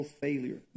failure